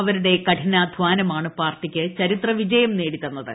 അവരുടെ കഠിനാധാനമാണ് പാർട്ടിക്ക് ചരിത്ര വിജയം നേടിതന്നത്